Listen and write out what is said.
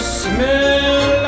smell